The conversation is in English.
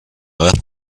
left